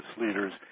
leaders